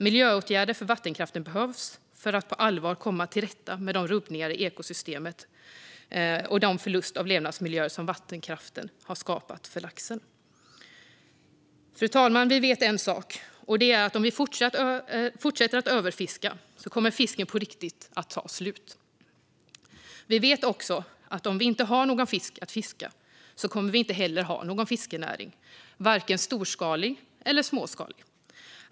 Miljöåtgärder för vattenkraften behövs för att på allvar komma till rätta med de rubbningar i ekosystemet och den förlust av levnadsmiljöer som vattenkraften har skapat för laxen. Fru talman! Vi vet en sak: Om vi fortsätter att överfiska kommer fisken på riktigt att ta slut. Vi vet också att om vi inte har någon fisk att fiska kommer vi inte heller att ha någon fiskenäring kvar, vare sig storskalig eller småskalig.